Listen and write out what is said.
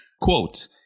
Quote